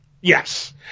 Yes